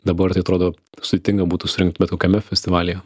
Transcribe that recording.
dabar tai atrodo sudėtinga būtų surinkti bet kokiame festivalyje